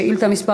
שאילתה מס'